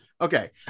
okay